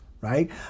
right